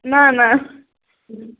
نہ نہ